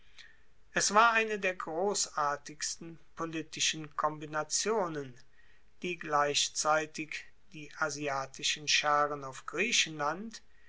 es war eine der grossartigsten politischen kombinationen die gleichzeitig die asiatischen scharen auf griechenland